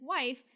wife